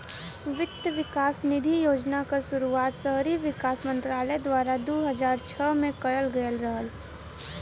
वित्त विकास निधि योजना क शुरुआत शहरी विकास मंत्रालय द्वारा दू हज़ार छह में करल गयल रहल